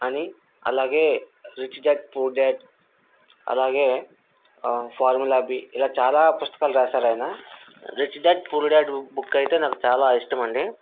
అని అలాగే rich dad poor dad అలాగే ఫార్ములా బి ఇలా చాలా పుస్తకాలు వ్రాసారు ఆయన rich dad poor dad book అయితే నాకు చాలా ఇష్టం అండి